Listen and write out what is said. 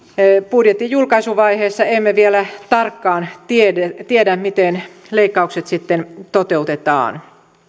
budjetin julkaisuvaiheessa emme vielä tarkkaan tiedä miten leikkaukset sitten toteutetaan